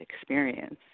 experience